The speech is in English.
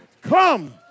come